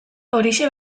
horixe